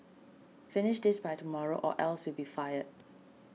finish this by tomorrow or else you'll be fired